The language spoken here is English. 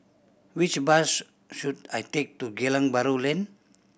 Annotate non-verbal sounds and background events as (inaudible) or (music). which bus (unintelligible) should I take to Geylang Bahru Lane